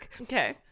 okay